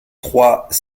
trois